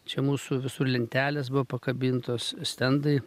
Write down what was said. čia mūsų visur lentelės buvo pakabintos stendai